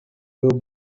will